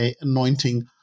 anointing